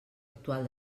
actual